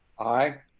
aye,